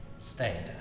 stayed